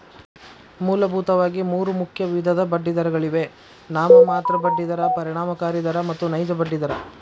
ಮೂಲಭೂತವಾಗಿ ಮೂರು ಮುಖ್ಯ ವಿಧದ ಬಡ್ಡಿದರಗಳಿವೆ ನಾಮಮಾತ್ರ ಬಡ್ಡಿ ದರ, ಪರಿಣಾಮಕಾರಿ ದರ ಮತ್ತು ನೈಜ ಬಡ್ಡಿ ದರ